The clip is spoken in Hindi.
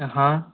हाँ